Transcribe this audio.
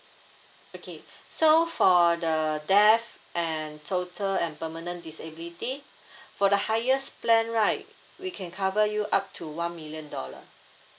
okay so for the death and total and permanent disability for the highest plan right we can cover you up to one million dollar